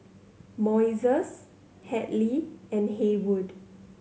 Moises Hadley and Haywood